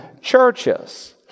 churches